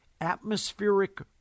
atmospheric